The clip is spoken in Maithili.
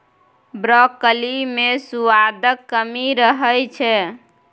ब्रॉकली मे सुआदक कमी रहै छै